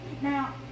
Now